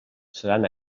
seran